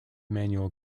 manual